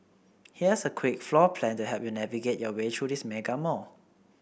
here's a quick floor plan to help you navigate your way through this mega mall